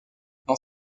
dans